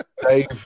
Dave